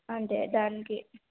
అంతే దానికి